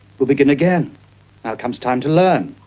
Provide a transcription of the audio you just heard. we'll begin again. now comes time to learn.